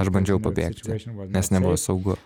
aš bandžiau pabėgti nes nebuvo saugu